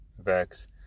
Vex